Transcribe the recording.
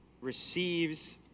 receives